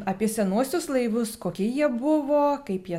apie senuosius laivus kokie jie buvo kaip jie